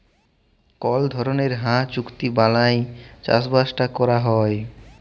call ধরলের হাঁ চুক্তি বালায় চাষবাসট ক্যরা হ্যয়